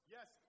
Yes